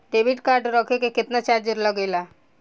Debit card रखे के केतना चार्ज लगेला?